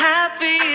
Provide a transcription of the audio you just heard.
Happy